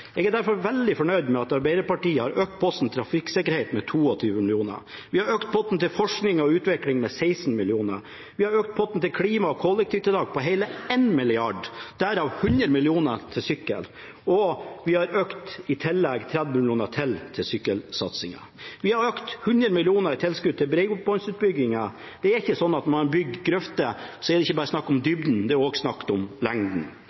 Jeg er derfor veldig fornøyd med at Arbeiderpartiet har økt posten til trafikksikkerhet med 22 mill. kr. Vi har økt potten til forskning og utvikling med 16 mill. kr. Vi har økt potten til klima og kollektivtiltak med hele 1 mrd. kr, derav 100 mill. kr til sykkel. Og vi har i tillegg økt med 30 mill. kr til til sykkelsatsingen. Vi har økt med 100 mill. kr i tilskudd til bredbåndsutbyggingen. Det er slik at når man bygger grøfter, så er det ikke bare snakk om